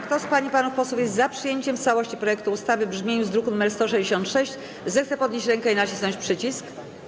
Kto z pań i panów posłów jest za przyjęciem w całości projektu ustawy w brzmieniu z druku nr 166, zechce podnieść rękę i nacisnąć przycisk.